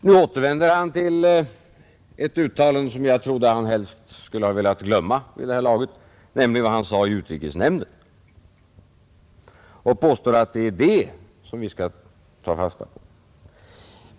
Nu återvänder han till ett uttalande som jag trodde att han helst skulle ha velat glömma vid det här laget — nämligen vad han sade i utrikesnämnden — och påstår att det är det som vi skall ta fasta på.